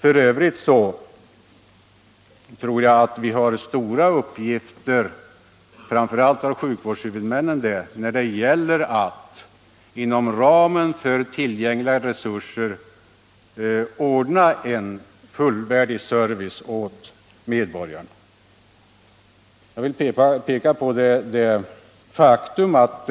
F. ö. tror jag att vi — och framför allt sjukvårdshuvudmännen — har stora uppgifter när det gäller att inom ramen för tillgängliga resurser ordna en fullvärdig service åt medborgarna. Jag vill peka på det faktum att